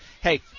hey